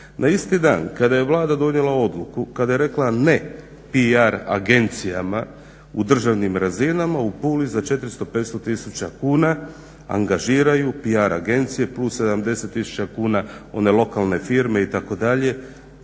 na isti dan kada je Vlada donijela odluku kada je rekla ne PR agencijama u državnim razinama u Puli za 400, 500 tisuća kuna angažiraju PR agencije plus 70 tisuća kuna one lokalne firme itd.